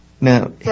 Now